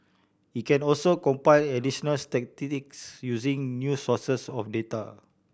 it can also compile additional statistics using new sources of data